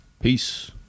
Peace